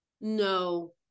No